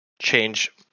change